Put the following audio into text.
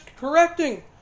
correcting